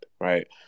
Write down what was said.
right